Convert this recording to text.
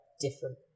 different